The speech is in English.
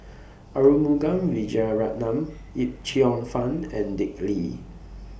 Arumugam Vijiaratnam Yip Cheong Fun and Dick Lee